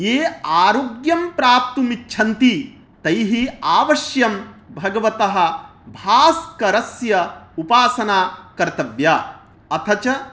ये आरोग्यं प्राप्तुम् इच्छन्ति तैः अवश्यं भगवतः भास्करस्य उपासना कर्तव्या अथ च